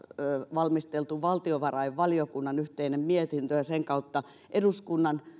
valmisteltu valtiovarainvaliokunnan yhteinen mietintö ja sen kautta eduskunnan